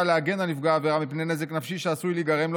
להגן על נפגעי העבירה מפני נזק נפשי שעשוי להיגרם לו